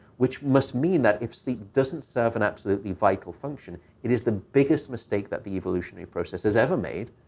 which must mean that if sleep doesn't serve an absolutely vital function, it is the biggest mistake that the evolutionary process has ever made.